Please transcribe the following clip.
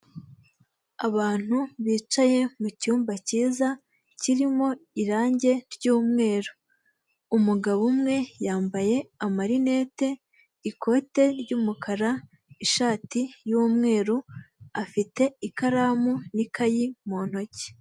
Abantu bicaye mu cyumba cyiza kirimo irangi ry'umweru, umugabo umwe yambaye amarinete ikote ry'umukara ishati y'umweru afite ikaramu n'ikayi mu ntoki.